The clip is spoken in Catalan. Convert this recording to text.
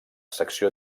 secció